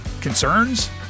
Concerns